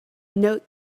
note